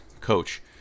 coach